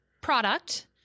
product